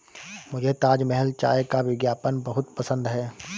मुझे ताजमहल चाय का विज्ञापन बहुत पसंद है